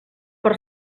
per